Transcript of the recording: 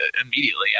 immediately